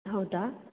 ಹೌದಾ